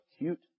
acute